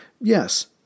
Yes